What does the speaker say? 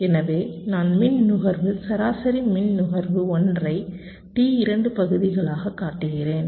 எனவே நான் மின் நுகர்வு சராசரி மின் நுகர்வு 1 ஐ டி இரண்டு பகுதிகளாகக் காட்டுகிறேன்